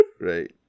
right